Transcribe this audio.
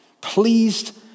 pleased